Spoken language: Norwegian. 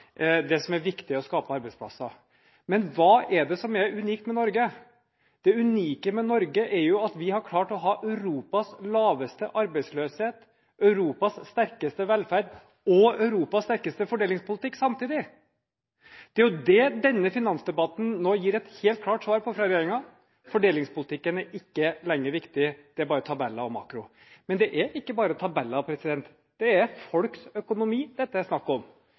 det som er viktig, er å skape arbeidsplasser. Men hva er det som er unikt med Norge? Det unike med Norge er jo at vi har klart å ha Europas laveste arbeidsløshet, Europas sterkeste velferd og Europas sterkeste fordelingspolitikk samtidig. Det er det denne finansdebatten nå gir et helt klart svar på fra regjeringen – fordelingspolitikken er ikke lenger viktig, det er bare tabeller og makro. Men det er ikke bare tabeller. Det er folks økonomi det er snakk om.